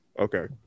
Okay